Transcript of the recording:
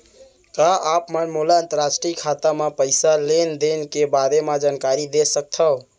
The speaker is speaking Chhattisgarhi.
का आप मन मोला अंतरराष्ट्रीय खाता म पइसा लेन देन के बारे म जानकारी दे सकथव?